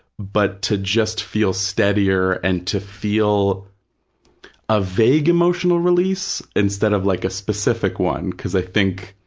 but to just feel steadier and to feel a vague emotional release instead of like a specific one, because i think,